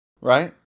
right